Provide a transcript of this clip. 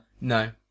No